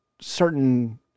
certain